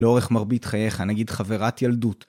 לאורך מרבית חייך, נגיד חברת ילדות.